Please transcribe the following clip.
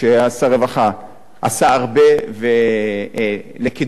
עשה הרבה לקידום הנושא של ביטחון תזונתי.